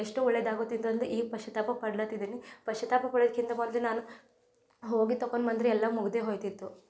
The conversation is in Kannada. ಎಷ್ಟೋ ಒಳ್ಳೇದಾಗುತ್ತಿತ್ತು ಅಂದು ಈಗ ಪಶ್ಚಾತ್ತಾಪ ಪಡ್ಲತ್ತಿದೀನಿ ಪಶ್ಚಾತ್ತಾಪ ಪಡೋದ್ಕಿಂತ ಮೊದಲು ನಾನು ಹೋಗಿ ತೊಕೊಂಡ್ ಬಂದರೆ ಎಲ್ಲ ಮುಗಿದೇ ಹೊಗ್ತಿತ್ತು